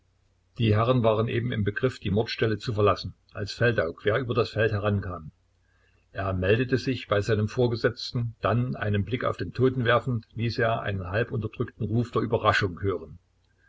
die herren waren eben im begriff die mordstelle zu verlassen als feldau quer über das feld herankam er meldete sich bei seinem vorgesetzten dann einen blick auf den toten werfend ließ er einen halb unterdrückten ruf der überraschung hören